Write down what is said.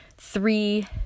three